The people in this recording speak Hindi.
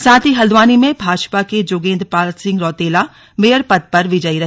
साथ ही हल्द्वानी में भाजपा के जोगेंद्रपाल सिंह रौंतेला मेयर पद पर विजयी रहे